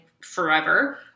forever